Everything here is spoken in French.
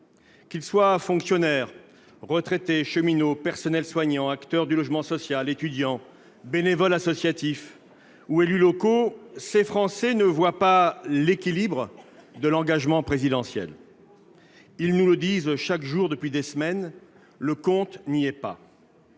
Qu'ils soient fonctionnaires, retraités, cheminots, personnels soignants, acteurs du logement social, étudiants, bénévoles associatifs ou élus locaux, ces Français ne voient pas l'équilibre de l'engagement présidentiel. Ils nous le disent chaque jour depuis des semaines : le compte n'y est pas